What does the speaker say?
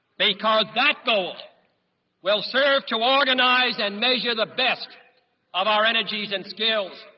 because that goal will serve to organize and measure the best of our energies and skills,